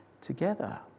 together